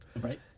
Right